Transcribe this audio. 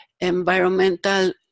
environmental